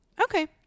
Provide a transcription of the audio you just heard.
Okay